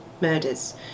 murders